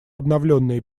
обновленные